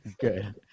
Good